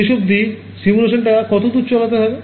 শেষ অবধি সিমুলেশান টা কতদুর চালাতে হবে